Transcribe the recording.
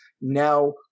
now